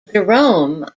jerome